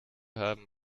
haben